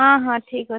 ହଁ ହଁ ଠିକ୍ ଅଛି